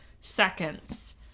seconds